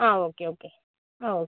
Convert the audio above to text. ആ okay okay ആ okay